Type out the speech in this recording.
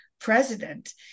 president